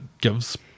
gives